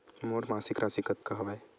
मोर मासिक राशि कतका हवय?